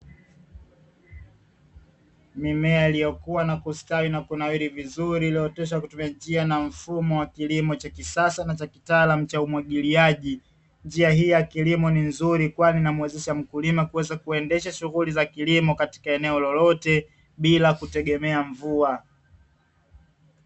Mimea iliyokuwa na kustawi na kunawiri vizuri iliyooteshwa kwa kutumia njia na mfumo wa kilimo cha kisasa na kitaalamu cha umwagiliaji, njia hii ya kilimo ni nzuri, kwani imuwezesha mkulima kuweza kuendesha shuguli za kilimo katika eneo lolote bila kutegemea mvua.